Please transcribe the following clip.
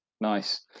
nice